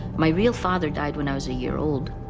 my real father died when i was a year old.